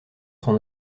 son